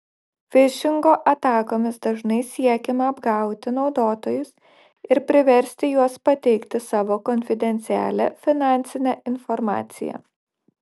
fišingo atakomis dažnai siekiama apgauti naudotojus ir priversti juos pateikti savo konfidencialią finansinę informaciją